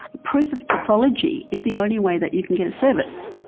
proof of pathology is the only way that you can get a service.